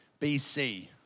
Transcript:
BC